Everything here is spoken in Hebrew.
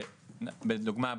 לדוגמא,